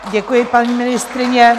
Děkuji, paní ministryně.